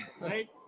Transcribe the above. Right